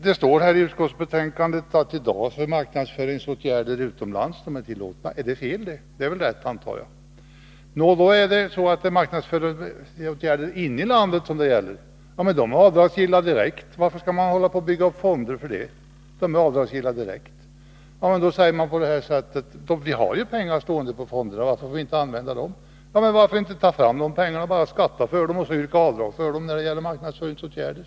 Det står i utskottsbetänkandet att marknadsföringsåtgärder i dag är tillåtna utomlands. Är det fel? Nej, det är väl rätt, antar jag. Då är det alltså marknadsföringsåtgärder inom landet som det gäller. Men de är direkt avdragsgilla — varför skall man bygga upp fonder för det? Då frågar man: Vi har ju pengar i fonder, varför får vi inte använda dem? Men det får man ju. Det är bara att skatta för dem och sedan yrka avdrag för kostnaderna för Nr 113 marknadsföringsåtgärder.